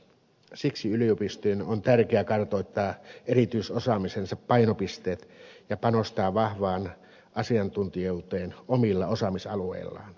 siksi yliopistojen on tärkeää kartoittaa erityisosaamisensa painopisteet ja panostaa vahvaan asiantuntijuuteen omilla osaamisalueillaan